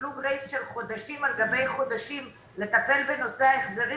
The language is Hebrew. - קיבלו גרייס של חודשים על גבי חודשים לטפל בנושא ההחזרים,